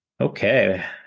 Okay